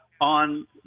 on